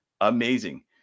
amazing